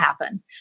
happen